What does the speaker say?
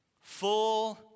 full